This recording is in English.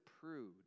prude